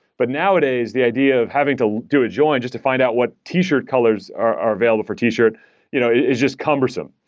but nowadays the idea of having to do a join just to find out what t-shirt colors are are available for t shirt you know is just cumbersome.